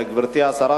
גברתי השרה,